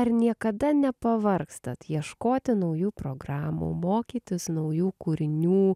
ar niekada nepavargstat ieškoti naujų programų mokytis naujų kūrinių